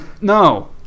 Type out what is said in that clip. no